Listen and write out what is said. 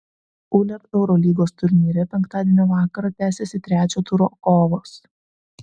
uleb eurolygos turnyre penktadienio vakarą tęsiasi trečio turo kovos